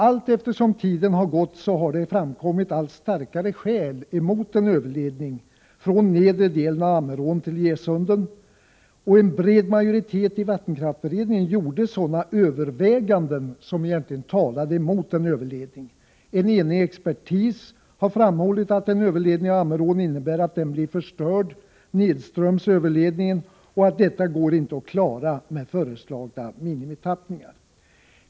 Allteftersom tiden har gått har det emellertid framkommit allt starkare skäl mot en överledning från nedre delen av Ammerån till Gesunden. En bred majoritet i vattenkraftsberedningen gjorde överväganden som egentligen talade emot en överledning. En enig expertis har framhållit att en överledning av Ammerån innebär att den blir förstörd nedströms överledningen och att detta inte går att klara med föreslagna minimitappningar.